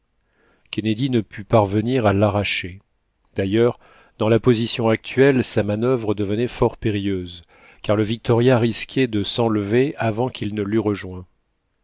kennedy ne put parvenir à l'arracher d'ailleurs dans la position actuelle sa manuvre devenait fort périlleuse car le victoria risquait de s'enlever avant qu'il ne l'eut rejoint